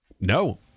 No